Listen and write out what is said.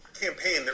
campaign